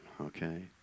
okay